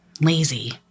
lazy